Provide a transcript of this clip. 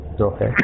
Okay